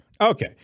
Okay